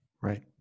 Right